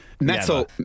Metal